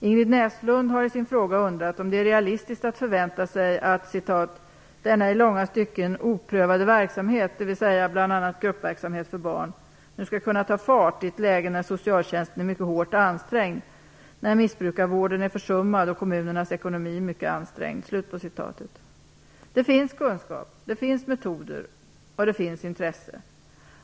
Ingrid Näslund har i sin fråga undrat om det är realistiskt att förvänta sig att "denna i långa stycken oprövade verksamhet - dvs. bl.a. gruppverksamhet för barn - nu skall kunna ta fart i ett läge när socialtjänsten är mycket hårt ansträngd, när missbrukarvården är försummad och kommunernas ekonomi är mycket ansträngd". Det finns kunskap, det finns metoder och det finns intresse.